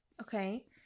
Okay